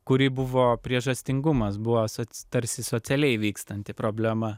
kurį buvo priežastingumas buvęs tarsi socialiai vykstanti problema